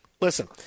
Listen